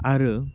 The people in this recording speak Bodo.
आरो